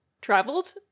traveled